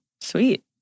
Sweet